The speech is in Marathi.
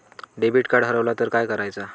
डेबिट कार्ड हरवल तर काय करायच?